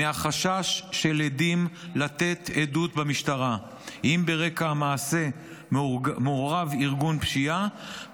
מהחשש של עדים לתת עדות במשטרה אם ברקע המעשה מעורב ארגון פשיעה,